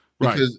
right